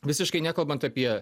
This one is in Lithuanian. visiškai nekalbant apie